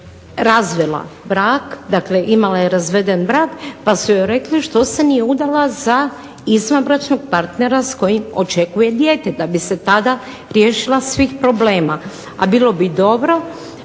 razvela brak, dakle imala je razveden brak, pa su joj rekli što se nije udala za izvanbračnog partnera s kojim očekuje dijete, da bi se tada riješila svih problema. A bilo bi dobro